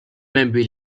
membri